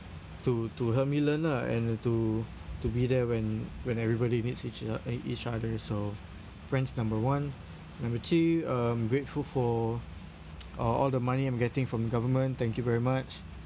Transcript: to to help me learn lah and to to be there when when everybody needs each oth~ eh each other so friends number one number two I'm grateful for oh all the money I'm getting from government thank you very much